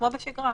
כמו בשגרה.